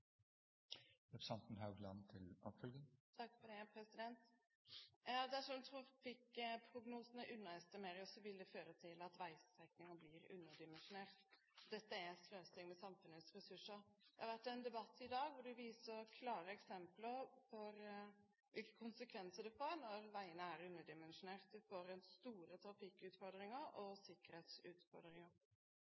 vil det føre til at veistrekninger blir underdimensjonert. Dette er sløsing med samfunnets ressurser. Det har vært en debatt i dag hvor man viser klare eksempler på hvilke konsekvenser det får når veiene er underdimensjonert. Du får store trafikkutfordringer og sikkerhetsutfordringer.